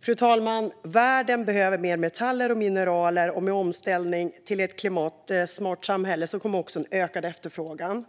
Fru talman! Världen behöver mer metaller och mineral, och med omställning till ett klimatsmart samhälle kommer också en ökad efterfrågan.